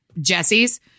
Jesse's